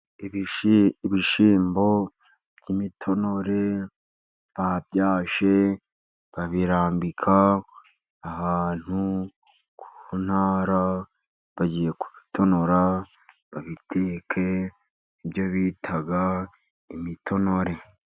Ibishyimbo by'imitonore babyogeje babirambika ahantu ku ntara, bagiye kubitonora babiteke, ibyo bita imitonore.